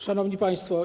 Szanowni Państwo!